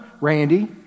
Randy